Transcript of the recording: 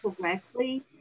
correctly